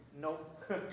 Nope